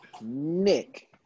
Nick